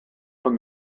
from